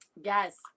Yes